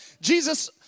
Jesus